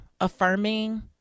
affirming